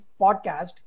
podcast